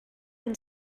and